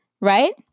right